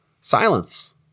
Silence